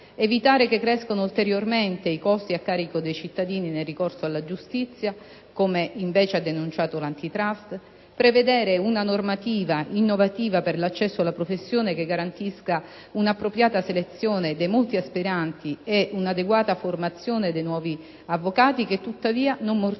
evitare che crescano ulteriormente i costi a carico dei cittadini nel ricorso alla giustizia, come invece ha denunciato l'*Antitrust*; prevedere una normativa innovativa per l'accesso alla professione che garantisca un'appropriata selezione dei molti aspiranti ed un'adeguata formazione dei nuovi avvocati e che tuttavia non mortifichi